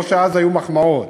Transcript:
לא שאז היו מחמאות,